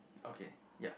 okay ya